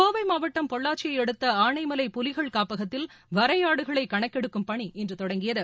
கோவை மாவட்டம் பொள்ளாச்சியை அடுத்த ஆனைமலை புலிகள் காப்பகத்தில் வரையாடுகளை கணக்கெடுக்கும் பணி இன்று தொடங்கியது